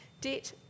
debt